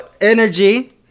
energy